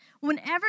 whenever